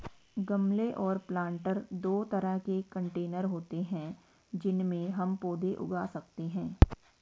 गमले और प्लांटर दो तरह के कंटेनर होते है जिनमें हम पौधे उगा सकते है